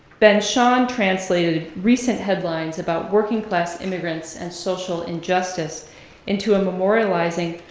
ben shahn translated recent headlines about working class immigrants and social injustice into a memorializing,